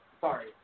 sorry